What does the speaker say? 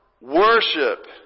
worship